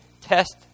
test